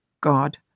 God